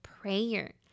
prayer